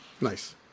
Nice